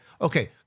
Okay